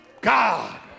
God